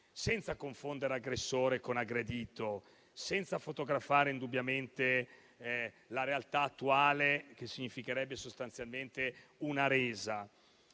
senza confondere aggressore con aggredito, senza fotografare indubbiamente la realtà attuale, che significherebbe sostanzialmente una resa.